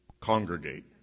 congregate